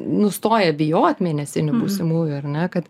nustoja bijot mėnesinių būsimųjų ar ne kad